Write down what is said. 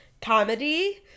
comedy